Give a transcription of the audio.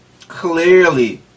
Clearly